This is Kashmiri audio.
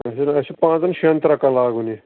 اَچھا دَپ اَسہِ چھُ پانٛژَن شٮ۪ن ترٛکَن لاگُن یہِ